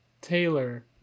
Taylor